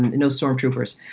no stormtroopers.